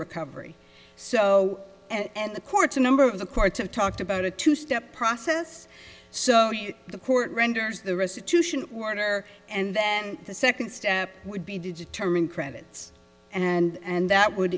recovery so and the courts a number of the courts have talked about a two step process so you the court renders the restitution order and then the second step would be to determine credits and that would